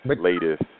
latest